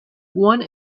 one